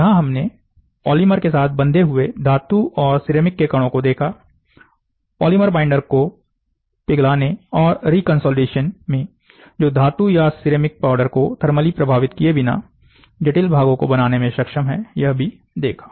यहां हमने पॉलीमर के साथ बंधे हुए धातु और सिरेमिक कणों को देखा पॉलीमर बाईंडर के पिघलने और रीकंसोलिडेशन जो धातु या सिरेमिक पाउडर को थर्मली प्रभावित किए बिना जटिल भाग को बनाने में सक्षम है यह भी देखा